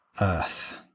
earth